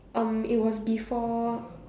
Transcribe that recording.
um it was before